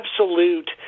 absolute